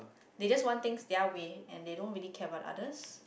they just want thing their way and they don't really care about the others